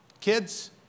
kids